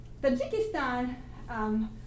Tajikistan